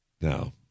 Now